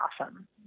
awesome